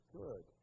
good